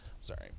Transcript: Sorry